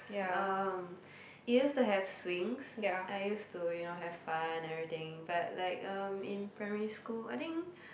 um it used to have swings I used to you know have fun and everything but like um in primary school I think